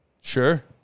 Sure